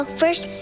first